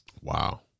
Wow